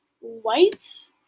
white